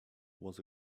was